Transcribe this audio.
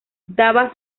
daba